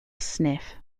sniff